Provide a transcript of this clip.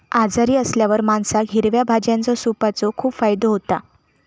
आजारी असल्यावर माणसाक हिरव्या भाज्यांच्या सूपाचो खूप फायदो होता